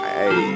hey